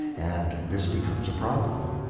and this becomes a problem